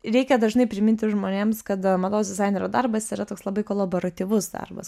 reikia dažnai priminti žmonėms kad mados dizainerio darbas yra toks labai kolaboratyvus darbas